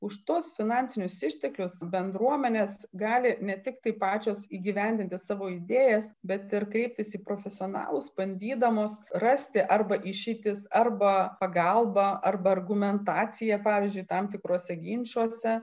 už tuos finansinius išteklius bendruomenės gali ne tiktai pačios įgyvendinti savo idėjas bet ir kreiptis į profesionalus bandydamos rasti arba išeitis arba pagalbą arba argumentaciją pavyzdžiui tam tikruose ginčuose